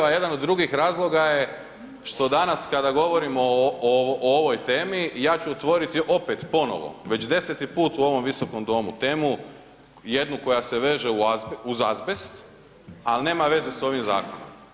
A jedan od drugih razloga je što danas kada govorimo o ovoj temi, ja ću otvoriti opet ponovo već deseti put u ovom Visokom domu temu jednu koja se veže uz azbest, ali nema veze s ovim zakonom.